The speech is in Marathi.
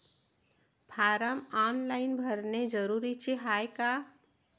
फारम ऑनलाईन भरने जरुरीचे हाय का?